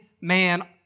man